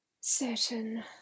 certain